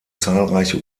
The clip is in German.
zahlreiche